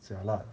jialat lah